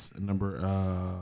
number